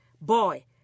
boy